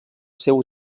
seu